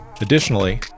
Additionally